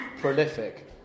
prolific